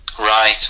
Right